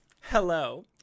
hello